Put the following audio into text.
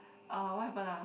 uh what happen ah